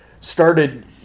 started